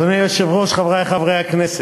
אדוני היושב-ראש, חברי חברי הכנסת,